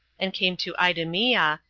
and came to idumea,